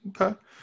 Okay